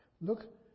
Look